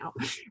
out